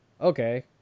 okay